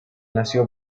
nació